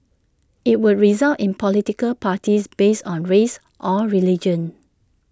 IT would result in political parties based on race or religion